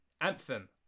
Anthem